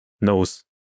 knows